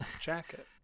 jacket